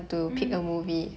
hmm